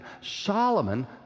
Solomon